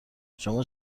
شما